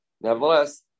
Nevertheless